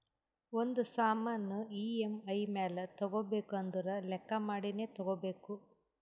ಒಂದ್ ಸಾಮಾನ್ ಇ.ಎಮ್.ಐ ಮ್ಯಾಲ ತಗೋಬೇಕು ಅಂದುರ್ ಲೆಕ್ಕಾ ಮಾಡಿನೇ ತಗೋಬೇಕು